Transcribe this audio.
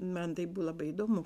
man tai buvo labai įdomu